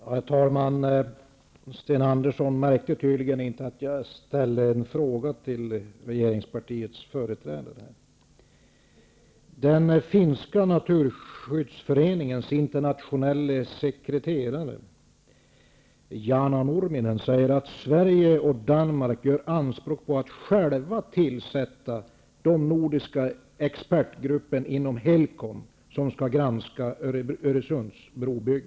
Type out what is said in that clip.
Herr talman! Sten Andersson i Malmö märkte tydligen inte att jag ställde en fråga till regeringspartiets företrädare. Den finska Naturskyddsföreningens internationella sekreterare Jaana Nurminen säger att Sverige och Danmark gör anspråk på att själva tillsätta delegaterna i den nordiska expertgruppen inom Helcom som skall granska bygget över Öresund.